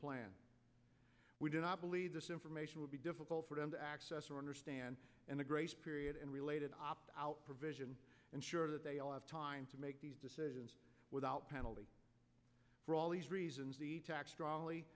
plan we do not believe this information would be difficult for them to access or understand and the grace period and related opt out provision ensure that they all have time to make these decisions without penalty for all these reasons the tax strongly